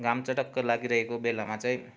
घाम चटक्कै लागि रहेको बेलामा चाहिँ